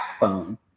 backbone